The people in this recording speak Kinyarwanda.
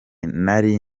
nari